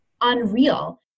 unreal